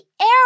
air